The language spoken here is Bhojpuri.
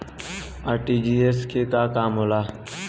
आर.टी.जी.एस के का काम होला?